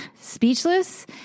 speechless